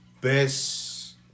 best